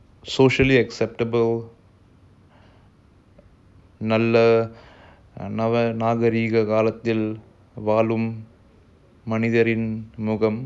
very uh powerful very strong and even very wild human being inside all of us and I feel it's um it's